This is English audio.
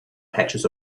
patches